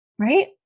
Right